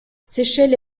séchelles